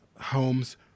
homes